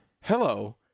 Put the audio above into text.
hello